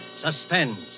Suspense